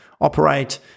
operate